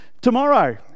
tomorrow